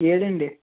ఏది అండి